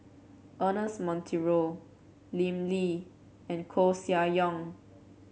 Ernest Monteiro Lim Lee and Koeh Sia Yong